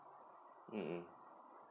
mm mm